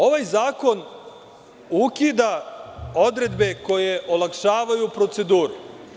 Ovaj zakon ukida odredbe koje olakšavaju proceduru.